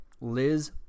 Liz